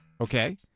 okay